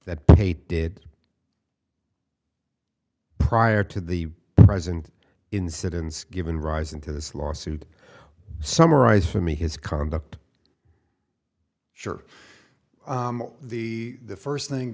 that they did prior to the present incidence given rise into this lawsuit summarize for me his conduct sure the first thing